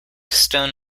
stone